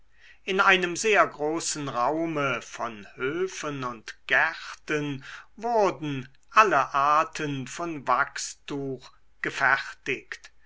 in einem sehr großen raume von höfen und gärten wurden alle arten von wachstuch gefertigt